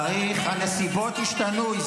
כי הנסיבות השתנו, אבל אתם הצבעתם נגדו.